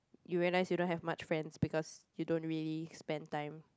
you realize you don't have much friends because you don't really spend time